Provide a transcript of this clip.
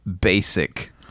basic